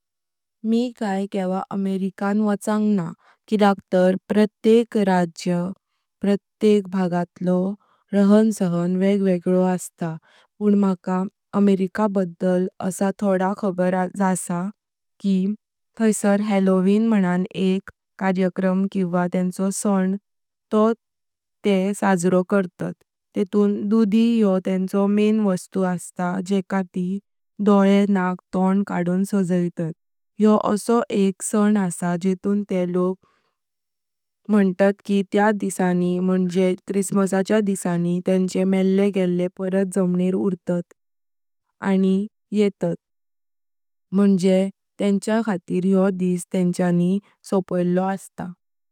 मी काय कधी अमेरिके वचांग न्हा किद्याक तर प्रत्येक राज्य प्रत्येक भागातलो र्हान सहान वेग वेगळो असता। पण माका अमेरिका बद्दल आसा थोडा खबर जासा की थाईसर हॅलोवीन मणां एक कार्यक्रम कि वा तेंचो सण तो ते साजरो करतात। तेतून दुधी योह तेंचो मेन वस्तु असता जेका ती डोळे, नाख तोंड काडून सजायतात। योह असो एक सण आसा जे तुन ते लोक मणतात की त्या दीसानि, म्हणजे क्रिसमसाच्या दीसानि, तेंचे मेल्ले गेले परत जम्नी उतरत आनि येतात मुणजे तेंच्या खातिर योह दीस तेंच्यानी सोपायलो असता।